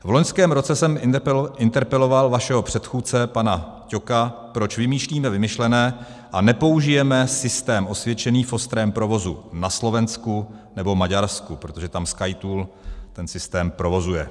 V loňském roce jsem interpeloval vašeho předchůdce pana Ťoka, proč vymýšlíme vymyšlené a nepoužijeme systém osvědčený v ostrém provozu na Slovensku nebo Maďarsku, protože tam SkyToll ten systém provozuje.